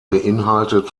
beinhaltet